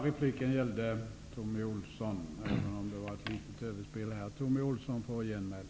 Repliken gällde Thommy Ohlsson, även om den var litet överspelad. Jag ger därför ordet till